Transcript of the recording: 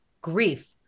grief